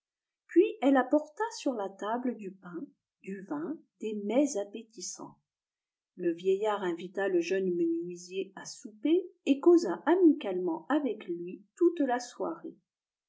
puis elle apporta sur la table du pain du vin des mets appétissants le vieillard invita le jeune menuisier à souper et causa amicalement avec lui toute la soirée